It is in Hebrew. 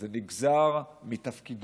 זה נגזר מתפקידו.